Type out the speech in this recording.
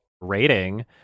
rating